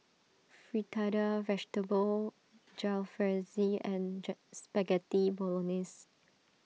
Fritada Vegetable Jalfrezi and jar Spaghetti Bolognese